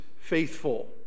faithful